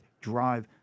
drive